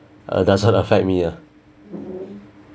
uh doesn't affect me ah